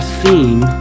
theme